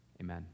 Amen